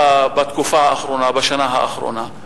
בתקופה האחרונה, בשנה האחרונה,